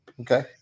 okay